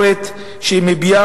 ואז הן יקבלו